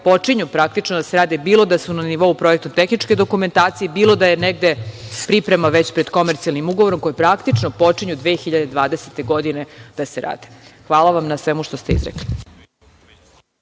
počinju praktično da se rade, bilo da su na nivou projektno-tehničke dokumentacije, bilo da je negde priprema već pred komercijalnim ugovorom, koji praktično počinju 2020. godine da se rade. Hvala vam na svemu što ste izrekli.